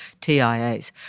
TIAs